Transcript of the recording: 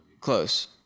Close